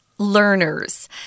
learners